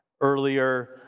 Earlier